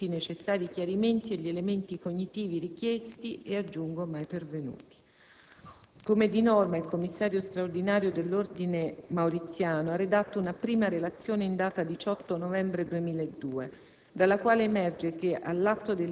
in attesa che venissero acquisiti tutti i necessari chiarimenti e gli elementi cognitivi richiesti e, aggiungo, mai pervenuti. Come di norma, il commissario straordinario dell'Ordine Mauriziano ha redatto una prima relazione in data 18 novembre 2002,